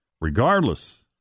regardless